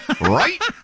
Right